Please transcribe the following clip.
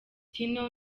tino